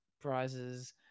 prizes